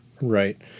right